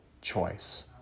choice